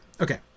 okay